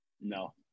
No